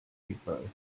people